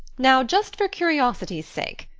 now, just for curiosity's sake,